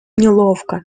неловко